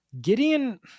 Gideon